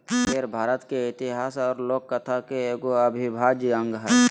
पेड़ भारत के इतिहास और लोक कथा के एगो अविभाज्य अंग हइ